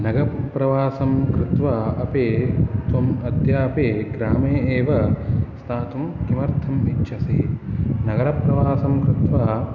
नगरप्रवासं कृत्वा अपि त्वम् अद्यापि ग्रामे एव स्थातुम् किमर्थम् इच्छसि नगरप्रवासं कृत्वा